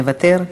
מוותר,